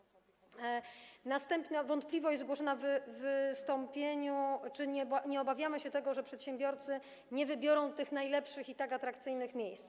Następna wątpliwość zgłoszona w wystąpieniu to to, czy nie obawiamy się tego, że przedsiębiorcy nie wybiorą tych najlepszych, i tak atrakcyjnych miejsc.